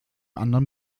anderen